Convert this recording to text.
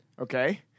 Okay